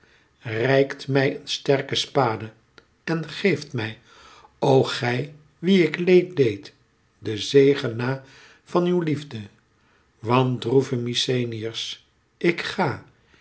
reikt mij een sterke spade en geeft mij o gij wie ik leed deed den zegen na van uw liefde want droeve mykenæërs ik ga